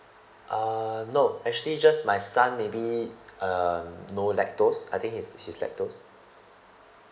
uh no actually just my son maybe uh no lactose I think he's he's lactose